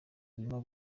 birimo